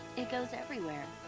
it goes everywhere.